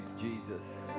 Jesus